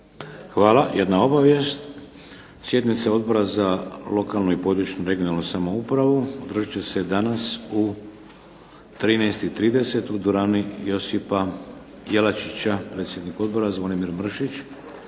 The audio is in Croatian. Hvala. Jedna obavijest. Sjednica Odbora za lokalnu i područnu (regionalnu) samoupravu održat će se danas u 13,30 u dvorani Josipa Jelačića, predsjednik odbora Zvonimir Mršić.